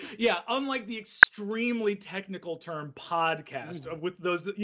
yeah, unlike the extremely technical term podcast with those